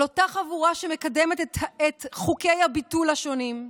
על אותה חבורה שמקדמת את חוקי הביטול השונים,